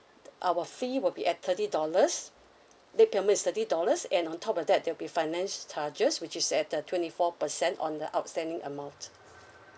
our fee would be at thirty dollars late payment is thirty dollars and on top of that there'll be finance charges which is at the twenty four percent on the outstanding amount